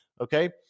okay